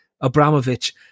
Abramovich